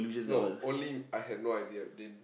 no only I had no idea they